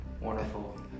wonderful